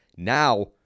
Now